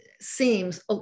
seems